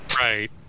Right